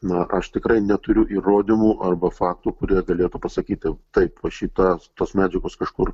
na ką aš tikrai neturiu įrodymų arba faktų kurie galėtų pasakyti taip va šitas tos medžiagos kažkur